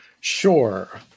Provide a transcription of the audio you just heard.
sure